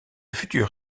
futur